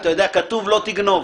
כתוב: לא תגנוב.